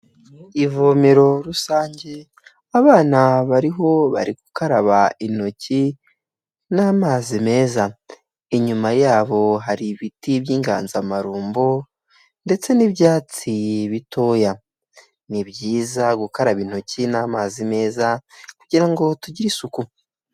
Ivomero rusange abana bariho bari gukaraba intoki n'amazi meza inyuma yabo hari ibiti by'inganzamarumbo ndetse n'ibyatsi bitoya nibyiza gukaraba intoki n'amazi meza kugira ngo tugire isuku.